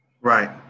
Right